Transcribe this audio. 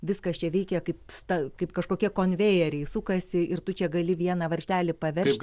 viskas čia veikia kaip sta kaip kažkokie konvejeriai sukasi ir tu čia gali vieną varžtelį paveržt